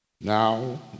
Now